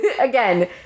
Again